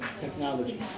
technology